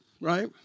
right